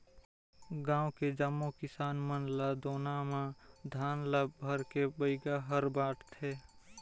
गांव के जम्मो किसान मन ल दोना म धान ल भरके बइगा हर बांटथे